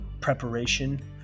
preparation